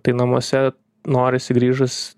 tai namuose norisi grįžus